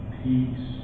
peace